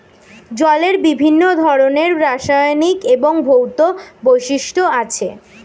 জলের বিভিন্ন ধরনের রাসায়নিক এবং ভৌত বৈশিষ্ট্য আছে